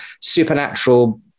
supernatural